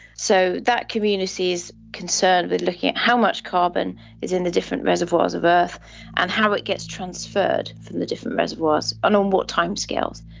so that community is concerned with looking at how much carbon is in the different reservoirs of earth and how it gets transferred from the different reservoirs and on what timescales.